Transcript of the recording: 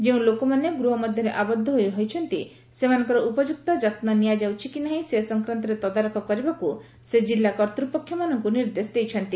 ଯେଉଁ ଲୋକମାନେ ଗୃହ ମଧ୍ୟରେ ଆବଦ୍ଧ ହୋଇ ରହିଛନ୍ତି ସେମାନଙ୍କର ଉପଯୁକ୍ତ ଯତ୍ନ ନିଆଯାଉଛି କି ନାହିଁ ସେ ସଂକ୍ରାନ୍ତରେ ତଦାରଖ କରିବାକୁ ସେ ଜିଲ୍ଲା କର୍ତ୍ତୃପକ୍ଷମାନଙ୍କୁ ନିର୍ଦ୍ଦେଶ ଦେଇଛନ୍ତି